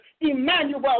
Emmanuel